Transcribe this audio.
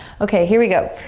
okay, here we go.